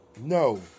No